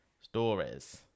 stories